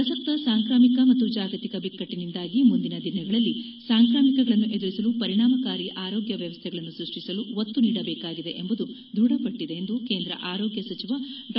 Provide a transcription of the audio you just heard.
ಪ್ರಸಕ್ತ ಸಾಂಕ್ರಾಮಿಕ ಮತ್ತು ಜಾಗತಿಕ ಬಿಕ್ಕಟ್ಟನಿಂದಾಗಿ ಮುಂದಿನ ದಿನಗಳಲ್ಲಿ ಸಾಂಕ್ರಾಮಿಕಗಳನ್ನು ಎದುರಿಸಲು ಪರಿಣಾಮಕಾರಿ ಆರೋಗ್ತ ವ್ವವಸ್ಥೆಗಳನ್ನು ಸೃಷ್ಷಿಸಲು ಒತ್ತು ನೀಡಬೇಕಾಗಿದೆ ಎಂಬುದು ದೃಢಪಟ್ಟದೆ ಎಂದು ಕೇಂದ್ರ ಆರೋಗ್ತ ಸಚಿವ ಡಾ